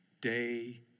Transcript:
day